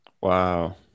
wow